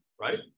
right